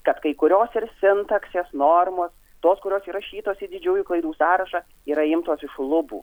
kad kai kurios ir sintaksės normos tos kurios įrašytos į didžiųjų klaidų sąrašą yra imtos iš lubų